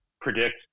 predict